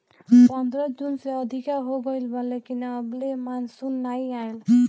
पंद्रह जून से अधिका हो गईल बा लेकिन अबले मानसून नाइ आइल